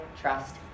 trust